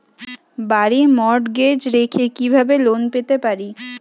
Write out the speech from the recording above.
বাড়ি মর্টগেজ রেখে কিভাবে লোন পেতে পারি?